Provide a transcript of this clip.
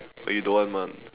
but you don't want [one]